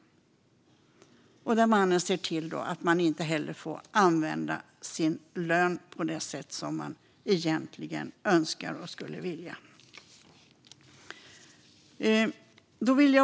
Mannen ser till att kvinnan inte får använda intjänad lön på det sätt hon önskar eller vill.